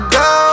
go